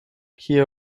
kie